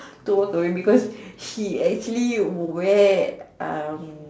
to walk away because she actually would wear um